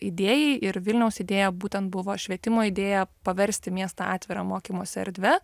idėjai ir vilniaus idėja būtent buvo švietimo idėja paversti miestą atvira mokymosi erdve